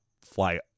fly